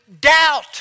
doubt